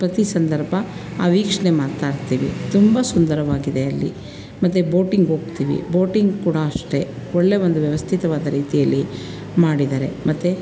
ಪ್ರತಿ ಸಂದರ್ಭ ಆ ವೀಕ್ಷಣೆ ಮಾಡ್ತಾಯಿರ್ತೀವಿ ತುಂಬ ಸುಂದರವಾಗಿದೆ ಅಲ್ಲಿ ಮತ್ತೆ ಬೋಟಿಂಗ್ ಹೋಗ್ತೀವಿ ಬೋಟಿಂಗ್ ಕೂಡ ಅಷ್ಟೆ ಒಳ್ಳೆಯ ಒಂದು ವ್ಯವಸ್ಥಿತವಾದ ರೀತಿಯಲ್ಲಿ ಮಾಡಿದ್ದಾರೆ ಮತ್ತು